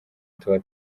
tuba